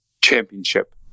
championship